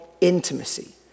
Intimacy